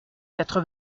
quatre